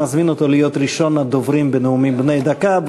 אני מזמין אותו להיות ראשון הדוברים בנאומים בני דקה.